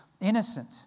innocent